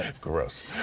Gross